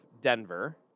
Denver